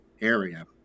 area